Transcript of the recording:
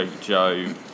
Joe